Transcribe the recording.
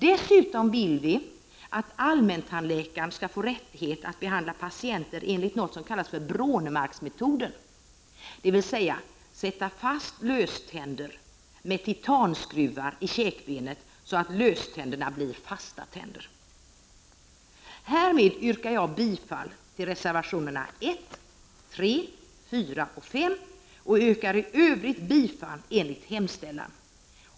Vi anser dessutom att allmäntandläkare skall få rättighet att behandla patienter enligt något som kallas Brånemarksmetoden, dvs. att man sätter fast löständer med titanskruvar i käkbenet så att löständerna blir fasta tänder. Härmed yrkar jag bifall till reservationerna 1, 3, 4 och 5 och i övrigt bifall till utskottets hemställan.